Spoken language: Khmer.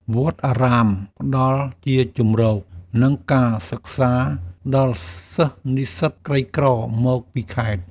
វត្តអារាមផ្តល់ជាជម្រក និងការសិក្សាដល់សិស្សនិស្សិតក្រីក្រមកពីខេត្ត។